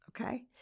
Okay